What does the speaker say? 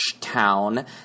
town